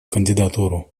кандидатуру